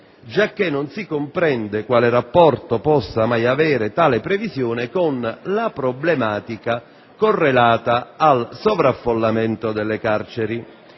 giacché non si comprende quale rapporto possa mai avere tale previsione con la problematica correlata al sovraffollamento delle carceri.